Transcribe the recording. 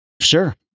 Sure